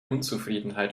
unzufriedenheit